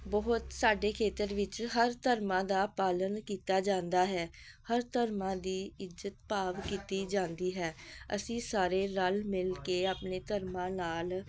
ਬਹੁਤ ਸਾਡੇ ਖੇਤਰ ਵਿੱਚ ਹਰ ਧਰਮਾਂ ਦਾ ਪਾਲਣ ਕੀਤਾ ਜਾਂਦਾ ਹੈ ਹਰ ਧਰਮਾਂ ਦੀ ਇੱਜਤ ਭਾਵ ਕੀਤੀ ਜਾਂਦੀ ਹੈ ਅਸੀਂ ਸਾਰੇ ਰਲ ਮਿਲ ਕੇ ਆਪਣੇ ਧਰਮਾਂ ਨਾਲ